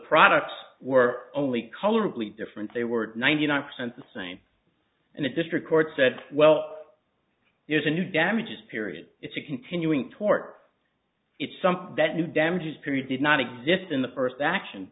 products were only color of lead different they were ninety nine percent the same and the district court said well there's a new damages period it's a continuing tort it's something that damages period did not exist in the first action